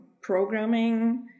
programming